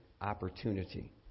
opportunity